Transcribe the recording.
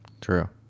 True